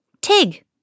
Tig